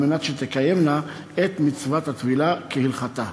כדי שתקיימנה את מצוות הטבילה כהלכתה,